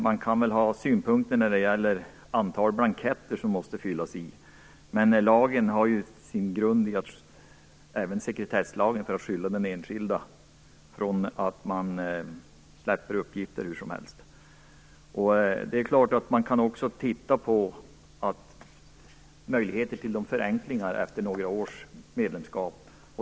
Man kan ha synpunkter på det antal blanketter som måste fyllas i, men lagen har även sin grund i sekretesslagen för att skydda den enskilde från att uppgifter släpps hur som helst. Man kan också titta på möjligheten till förenklingar efter några års medlemskap.